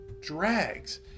drags